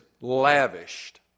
lavished